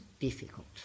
difficult